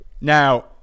Now